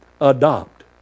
adopt